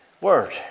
word